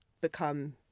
become